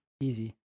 Easy